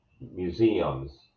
museums